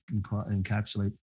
encapsulate